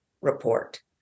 report